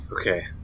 Okay